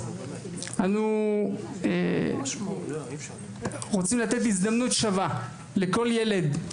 אנו רוצים לתת הזדמנות שווה לכל ילד.